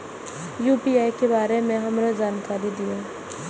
UPI के बारे में हमरो जानकारी दीय?